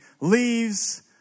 leaves